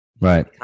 Right